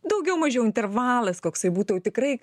daugiau mažiau intervalas koksai būtų tikrai